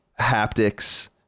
haptics